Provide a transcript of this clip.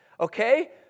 okay